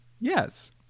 Yes